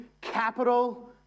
capital